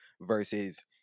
versus